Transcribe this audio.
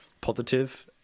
positive